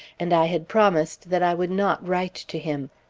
and i had promised that i would not write to him.